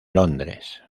londres